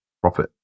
profit